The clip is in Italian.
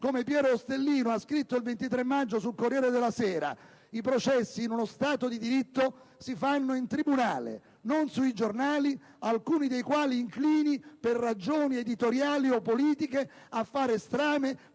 come Piero Ostellino ha scritto il 23 maggio, sul «Corriere della Sera», che: «I processi, in uno Stato di diritto, si fanno in tribunale e non sui giornali, alcuni dei quali inclini per ragioni editoriali o politiche a fare strame